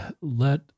let